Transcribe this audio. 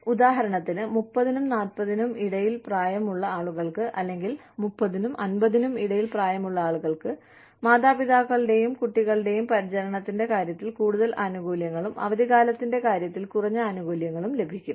അതിനാൽ ഉദാഹരണത്തിന് 30 നും 40 നും ഇടയിൽ പ്രായമുള്ള ആളുകൾക്ക് അല്ലെങ്കിൽ 30 നും 50 നും ഇടയിൽ പ്രായമുള്ള ആളുകൾക്ക് മാതാപിതാക്കളുടെയും കുട്ടികളുടെയും പരിചരണത്തിന്റെ കാര്യത്തിൽ കൂടുതൽ ആനുകൂല്യങ്ങളും അവധിക്കാലത്തിന്റെ കാര്യത്തിൽ കുറഞ്ഞ ആനുകൂല്യങ്ങളും ലഭിക്കും